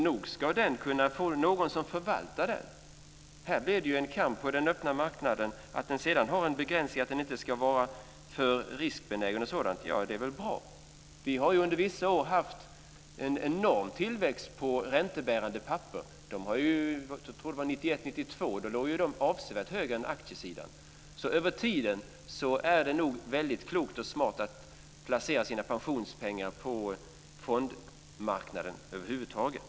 Nog ska det finnas någon som förvaltar den. Här blir det en kamp på den öppna marknaden. Att den sedan har en begränsning genom att den inte ska vara för riskbenägen m.m. är väl bra. Vi har under vissa år haft en enorm tillväxt på räntebärande papper, och 1991 och 1992 låg de avsevärt högre än aktiesidan. Över tiden är det nog klokt och smart att placera sina pensionspengar på fondmarknaden över huvud taget.